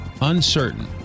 uncertain